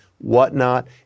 whatnot